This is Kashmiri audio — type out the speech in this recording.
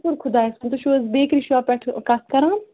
شُکُر خۄدایس کُن تُہۍ چھُو حظ بیکرِی شاپ پٮ۪ٹھ کَتھ کَران